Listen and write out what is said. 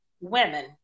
women